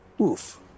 Oof